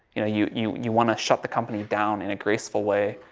you know, you, you, you want to shut the company down in a graceful way.